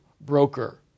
broker